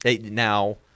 now